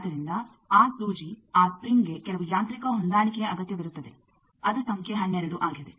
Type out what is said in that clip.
ಆದ್ದರಿಂದ ಆ ಸೂಜಿ ಆ ಸ್ಪ್ರಿಂಗ್ಗೆ ಕೆಲವು ಯಾಂತ್ರಿಕ ಹೊಂದಾಣಿಕೆಯ ಅಗತ್ಯವಿರುತ್ತದೆ ಅದು ಸಂಖ್ಯೆ 12 ಆಗಿದೆ